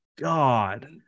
God